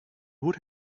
would